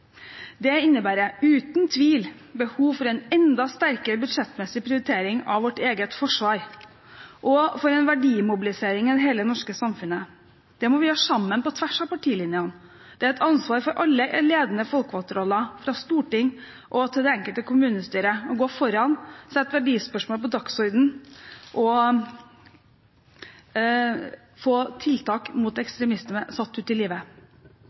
Det innebærer uten tvil behov for en enda sterkere budsjettmessig prioritering av vårt eget forsvar og for en verdimobilisering av hele det norske samfunnet. Det må vi gjøre sammen, på tvers av partilinjene. Det er et ansvar for alle i ledende folkevalgte roller, fra storting til det enkelte kommunestyre, å gå foran, sette verdispørsmål på dagsordenen og få tiltak mot ekstremisme satt ut i livet.